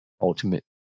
Ultimate